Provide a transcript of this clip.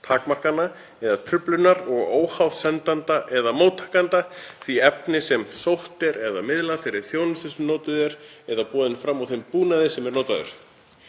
takmarkana eða truflunar og óháð sendanda eða móttakanda, því efni sem sótt er eða miðlað, þeirri þjónustu sem notuð er eða boðin fram og þeim búnaði sem er notaður.“